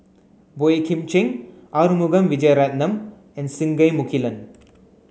Boey Kim Cheng Arumugam Vijiaratnam and Singai Mukilan